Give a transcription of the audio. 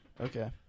okay